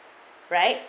right